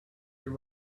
your